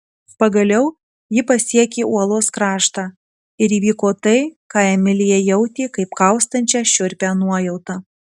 pagaliau ji pasiekė uolos kraštą ir įvyko tai ką emilija jautė kaip kaustančią šiurpią nuojautą